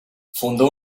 fundó